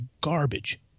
garbage